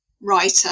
writer